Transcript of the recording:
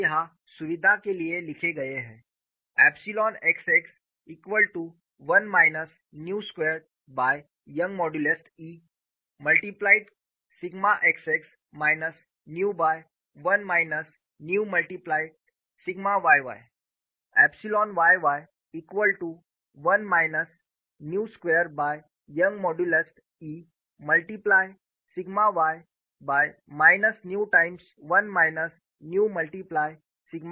ये यहां सुविधा के लिए लिखे गए हैं एप्सिलॉन x x बराबर 1 minus nu squared by Young modulus E से मल्टिप्लाय करके sigma x x minus nu by 1 minus nu multiply sigma y y किया जाता है एप्सिलॉन y y बराबर 1 minus nu square by Young modulus E से multiply करके sigma y by minus nu times 1 minus nu multiply sigma x x किया जाता है